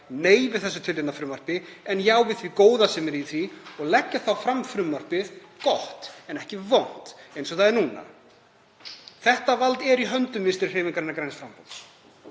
nei við þessu tiltekna frumvarpi en segja já við því góða sem er í því og leggja þá fram gott frumvarp en ekki vont eins og það er núna. Þetta vald er í höndum Vinstrihreyfingarinnar – græns framboðs.